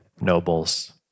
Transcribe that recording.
nobles